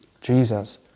Jesus